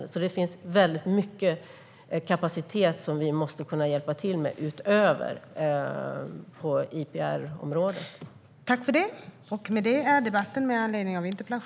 Det är alltså väldigt mycket vi måste kunna hjälpa till med utöver IPR-området.